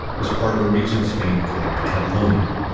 was part of a region of spain called catalonia.